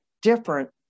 different